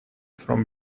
from